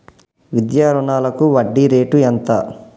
విద్యా రుణాలకు వడ్డీ రేటు ఎంత?